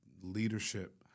leadership